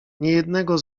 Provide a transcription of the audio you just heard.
niejednego